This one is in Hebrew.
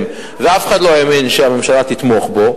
ואף אחד לא האמין שהממשלה תתמוך בו,